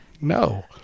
No